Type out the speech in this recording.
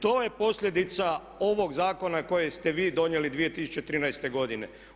To je posljedica ovog zakona koji ste vi donijeli 2013. godine.